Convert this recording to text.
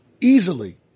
easily